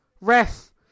Ref